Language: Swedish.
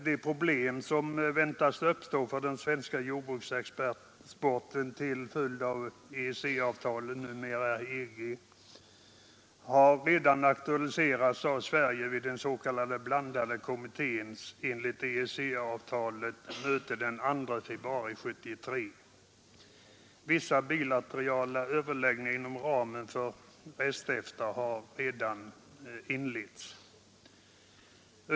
De problem som väntas uppstå för den svenska jordbruksexporten till följd av avtalet med EEC, numera EG, har redan aktualiserats av Sverige vid den s.k. blandade kommitténs enligt EEC-avtalet möte den 2 februari 1973. Vissa bilaterala överläggningar inom ramen för rest-EFTA har redan inletts.